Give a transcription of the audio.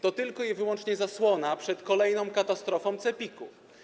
To tylko i wyłącznie zasłona przed kolejną katastrofą CEPiK-u.